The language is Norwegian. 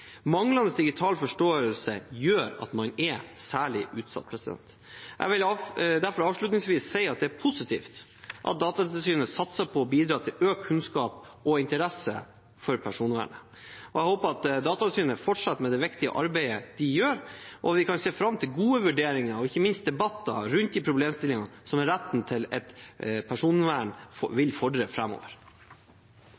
Manglende digital forståelse gjør at man er særlig utsatt. Jeg vil derfor avslutningsvis si at det er positivt at Datatilsynet satser på å bidra til økt kunnskap og interesse for personvernet. Jeg håper at Datatilsynet vil fortsette med det viktige arbeidet de gjør, og at vi kan se fram til gode vurderinger og ikke minst debatter rundt de problemstillingene som retten til personvern